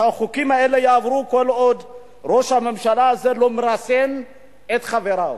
החוקים האלה יעברו כל עוד ראש הממשלה הזה לא מרסן את חבריו.